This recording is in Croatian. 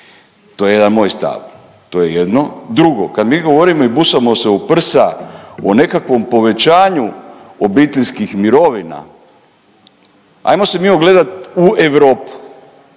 To je jedan moj stav, to je jedno. Drugo, kad mi govorimo i busamo se u prsa o nekakvom povećanju obiteljskim mirovina, ajmo se mi ugledat u Europu,